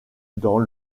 dans